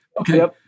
Okay